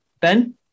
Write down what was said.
Ben